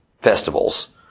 festivals